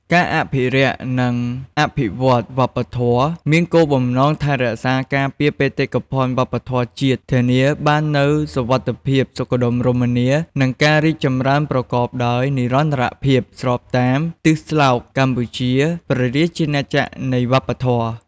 ការអភិរក្ស និងអភិវឌ្ឍន៍វប្បធម៌មានគោលបំណងថែរក្សាការពារបេតិកភណ្ឌវប្បធម៌ជាតិ ធានាបាននូវសុវត្ថិភាព សុខដុមរមនា និងការរីកចម្រើនប្រកបដោយនិរន្តរភាព ស្របតាមទិសស្លោក "កម្ពុជា ព្រះរាជាណាចក្រនៃវប្បធម៌"។